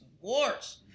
wars